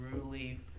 truly